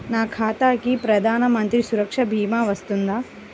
నా ఖాతాకి ప్రధాన మంత్రి సురక్ష భీమా వర్తిస్తుందా?